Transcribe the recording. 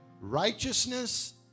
Righteousness